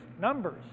numbers